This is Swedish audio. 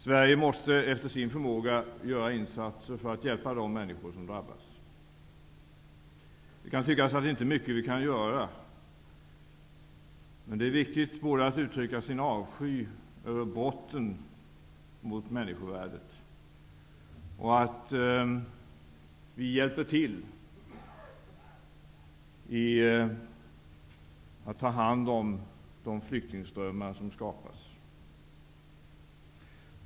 Sverige måste efter sin förmåga göra insatser för att hjälpa de människor som drabbas. Det kan tyckas att det inte är mycket som vi kan göra, men det är viktigt både att uttrycka sin avsky över brotten mot människovärdet och att hjälpa till med att ta hand om de flyktingströmmar som skapas.